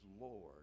Lord